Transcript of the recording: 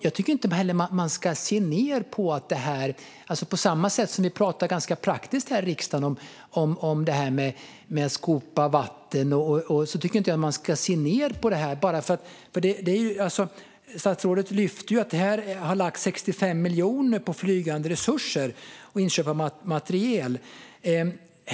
Jag tycker inte att man ska se ned på det här. Vi pratar ganska praktiskt här i riksdagen om det här med att skopa vatten, och jag tycker inte att man ska se ned på det. Statsrådet lyfter fram att man har lagt 65 miljoner på flygande resurser och inköp av materiel.